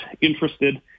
interested